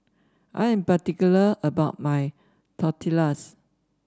I am particular about my Tortillas